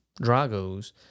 Drago's